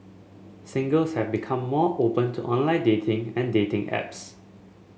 singles have become more open to online dating and dating apps